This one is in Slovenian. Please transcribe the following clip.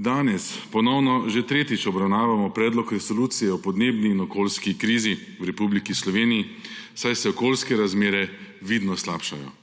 Danes ponovno, že tretjič, obravnavamo Predlog resolucije o podnebni in okoljski krizi v Republiki Sloveniji, saj se okoljske razmere vidno slabšajo.